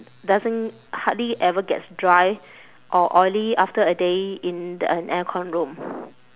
doesn't hardly ever gets dry or oily after a day in the an aircon room